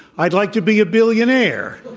i'd like to be a billionaire.